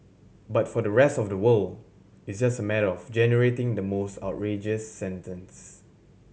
but for the rest of the world it's just a matter of generating the most outrageous sentence